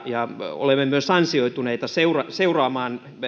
ja olemme myös ansioituneita seuraamaan seuraamaan